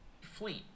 Fleet